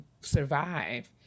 survive